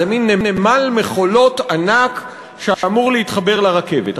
זה מין נמל מכולות ענק, שאמור להתחבר לרכבת.